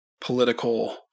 political –